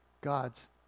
God's